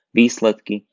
výsledky